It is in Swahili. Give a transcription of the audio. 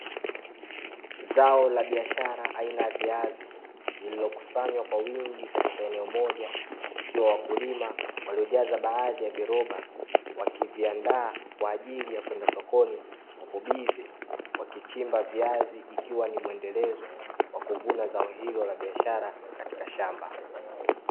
Zao la biashara aina ya viazi lililokusanywa kwa wingi katika eneo moja, ikiwa wakulima waliojaza baadhi ya viroba, wakiviandaa kwa ajili ya kwenda sokoni, wapo bize wakichimba viazi ikiwa ni mwendelezo wa kuvuna zao hilo la biashara katika shamba.